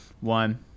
one